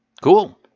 Cool